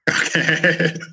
okay